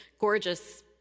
gorgeous